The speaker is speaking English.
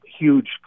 huge